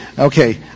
Okay